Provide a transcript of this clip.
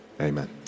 amen